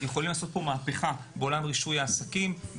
יכולים לעשות פה מהפכה בעולם רישוי העסקים,